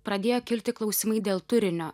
pradėjo kilti klausimai dėl turinio